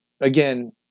Again